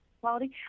quality